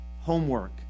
homework